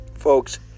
Folks